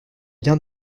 bien